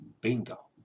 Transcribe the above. Bingo